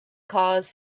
cause